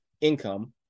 income